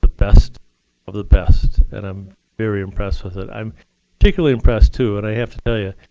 the best of the best, and i'm very impressed with it. i'm peculiarly impressed too, and i have to tell you,